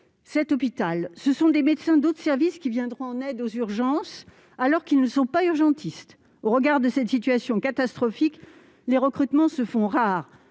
Ce sont des médecins d'autres services qui viendront en aide aux urgences, alors qu'ils ne sont pas urgentistes ! Au regard de cette situation catastrophique, les recrutements se font rares.